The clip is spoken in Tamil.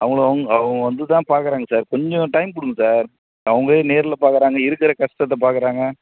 அவங்கள அவுங் அவங்க வந்துதான் பார்க்குறாங்க சார் கொஞ்சம் டைம் கொடுங்க சார் அவங்களே நேரில் பார்க்குறாங்க இருக்கிற கஷ்டத்தை பார்க்குறாங்க